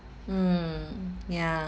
mm ya